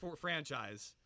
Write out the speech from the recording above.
franchise